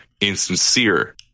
insincere